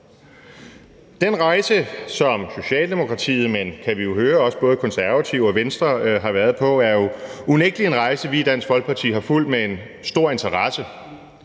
Den rejse, som ikke kun Socialdemokratiet, men som vi kan høre også både De Konservative og Venstre har været på, er jo unægtelig en rejse, vi i Dansk Folkeparti har fulgt med stor interesse.